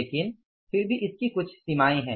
लेकिन फिर भी इसकी कुछ सीमाएँ हैं